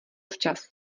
včas